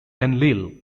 enlil